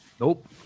Nope